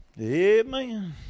Amen